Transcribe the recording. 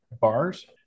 bars